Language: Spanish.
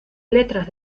letras